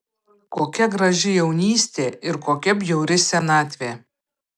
kokia graži jaunystė ir kokia bjauri senatvė